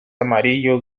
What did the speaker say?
amarillo